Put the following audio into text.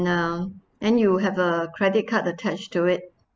then you have a credit card attached to it